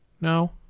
No